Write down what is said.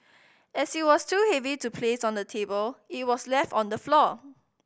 as it was too heavy to placed on the table it was left on the floor